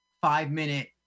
five-minute